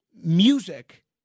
Music